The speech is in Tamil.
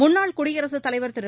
முன்னாள் குடியரசுத் தலைவர் திரு